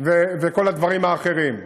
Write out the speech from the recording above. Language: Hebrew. וכל הדברים האחרים,